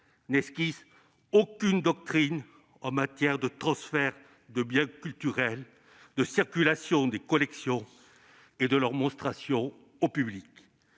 n'esquisse aucune doctrine en matière de transferts de biens culturels, de circulation des collections et de leur monstration au public.